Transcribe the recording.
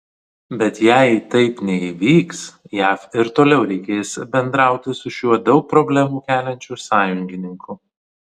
bet jei taip neįvyks jav ir toliau reikės bendrauti su šiuo daug problemų keliančiu sąjungininku